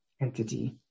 entity